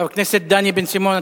חבר הכנסת דני בן-סימון,